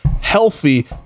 healthy